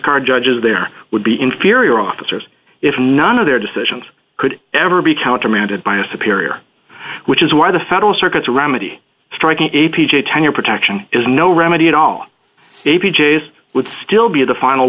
coastguard judges there would be inferior officers if none of their decisions could ever be countermanded by a superior which is why the federal circuit to remedy strike a p j tenure protection is no remedy at all a p j s would still be the final